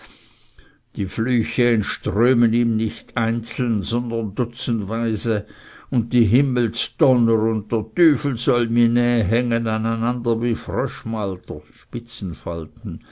die flüche entströmen ihm nicht einzeln sondern dutzendweise und die himmelsdonner und dr tüfel soll mih näh hängen aneinander wie